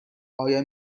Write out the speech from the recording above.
آیا